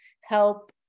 help